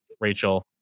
rachel